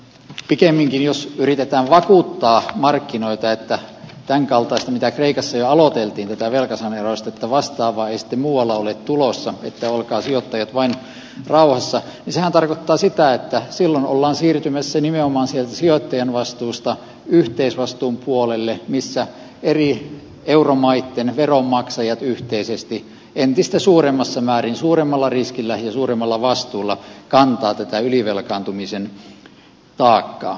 pikemminkin jos yritetään vakuuttaa markkinoita että tämänkaltaista mitä kreikassa jo aloiteltiin tätä velkasaneerausta että vastaavaa ei sitten muualla ole tulossa että olkaa sijoittajat vain rauhassa niin sehän tarkoittaa sitä että silloin ollaan siirtymässä nimenomaan sieltä sijoittajan vastuusta yhteisvastuun puolelle missä eri euromaitten veronmaksajat yhteisesti entistä suuremmassa määrin suuremmalla riskillä ja suuremmalla vastuulla kantavat tätä ylivelkaantumisen taakkaa